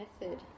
method